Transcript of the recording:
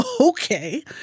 Okay